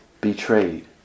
betrayed